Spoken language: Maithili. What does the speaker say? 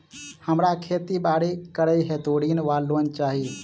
हमरा खेती बाड़ी करै हेतु ऋण वा लोन चाहि?